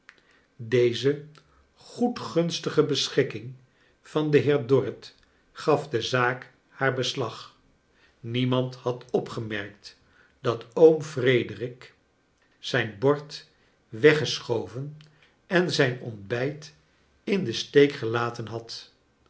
deze goedgunstige beschikking van den heer d orrit gaf de zaak haar beslag niemand had opgemerkt dat oom frederik zijn bord weggeschoven en zijn ontbijt in den steek gelaten had